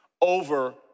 over